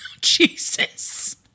Jesus